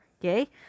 okay